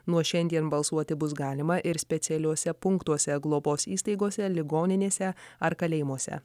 nuo šiandien balsuoti bus galima ir specialiuose punktuose globos įstaigose ligoninėse ar kalėjimuose